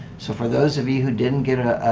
so for those of you who didn't get ah